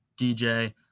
DJ